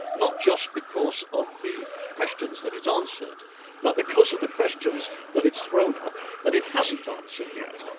not just because of the questions that it's answered but because of the questions that it's thrown up that it hasn't ah answered yet.